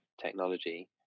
technology